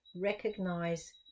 recognize